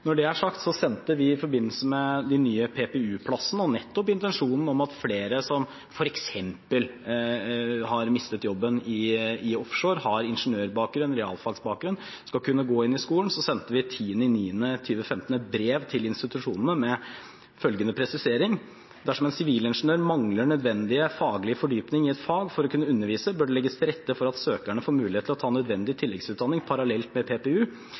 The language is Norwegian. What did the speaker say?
Når det er sagt: I forbindelse med de nye PPU-plassene og nettopp intensjonen om at flere som f.eks. har mistet jobben i offshore og har ingeniørbakgrunn, realfagsbakgrunn, skal kunne gå inn i skolen, sendte vi den 10. september 2015 et brev til institusjonene med følgende presisering: Dersom en sivilingeniør mangler den nødvendige faglige fordypning i et fag for å kunne undervise, bør det legges til rette for at søkerne får mulighet til å ta nødvendig tilleggsutdanning parallelt med PPU.